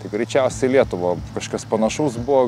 tai greičiausiai į lietuvą kažkas panašaus buvo